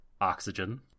oxygen